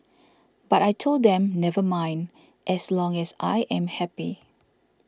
but I told them never mind as long as I am happy